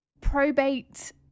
probate